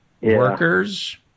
Workers